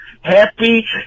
happy